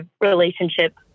relationship